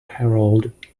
herald